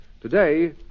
Today